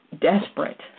desperate